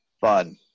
fun